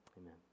Amen